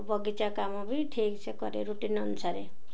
ବଗିଚା କାମ ବି ଠିକ୍ ସେ କରେ ରୁଟିନ୍ ଅନୁସାରେ